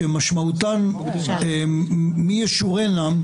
הוא דיון שתוכנן על ידי היושב-ראש להיות דיון של סיסמאות,